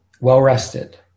Well-rested